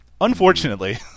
unfortunately